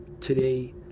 today